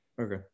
Okay